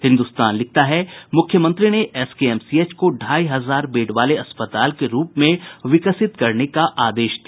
हिन्दुस्तान लिखता है मुख्यमंत्री ने एसकेएमसीएच को ढ़ाई हजार बेड वाले अस्पताल में रूप में विकसित करने का आदेश दिया